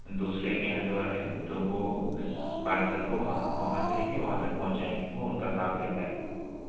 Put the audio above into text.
دوسرے کے hand over ہے تو وہ پارسل کو وہاں وہاں سے وہاں تک پہنچائیں گے وہ اُن کا کام رہتا ہے